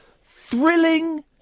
thrilling